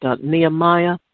Nehemiah